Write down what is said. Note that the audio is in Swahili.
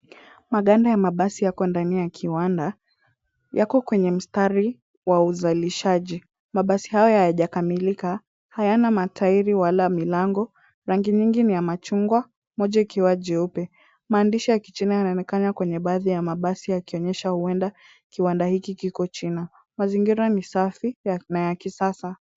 Maganda ya mabasi yako ndani ya kiwanda. Yako kwenye mstari wa uzalishaji. Mabasi haya hayajakamilika, hayana matairi ama milango. Rangi ingine ya machungwa, moja ikiwa jeupe. Maandishi ya kichina yanaonekana kwenye baadhi ya yakionyesha huenda kiwanda hiki kiko China. Mazingira ni safi na ya kisasa.